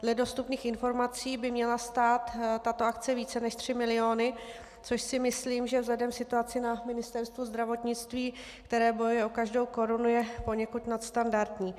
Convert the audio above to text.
Dle dostupných informací by měla stát tato akce více než tři miliony, což si myslím, že vzhledem k situaci na Ministerstvu zdravotnictví, které bojuje o každou korunu, je poněkud nadstandardní.